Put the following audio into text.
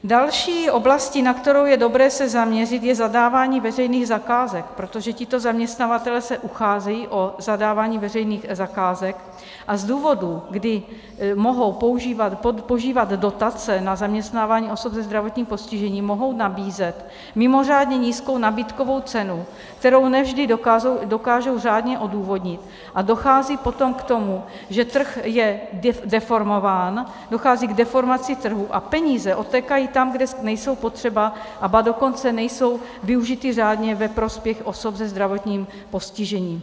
Další oblastí, na kterou je dobré se zaměřit, je zadávání veřejných zakázek, protože tito zaměstnavatelé se ucházejí o zadávání veřejných zakázek a z důvodů, kdy mohou požívat dotace na zaměstnávání osob se zdravotním postižením, mohou nabízet mimořádně nízkou nabídkovou cenu, kterou ne vždy dokážou řádně odůvodnit, a dochází potom k tomu, že trh je deformován, dochází k deformaci trhu a peníze odtékají tam, kde nejsou potřeba, ba dokonce nejsou využity řádně ve prospěch osob se zdravotním postižením.